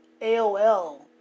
AOL